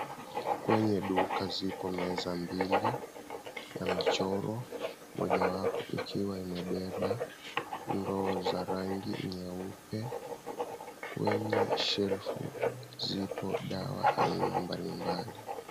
Kwenye duka zipo meza mbili na michoro, moja wapo ikiwa imebeba ndoo za rangi nyeupe, kwenye shelfu zipo dawa aina mbali mbali.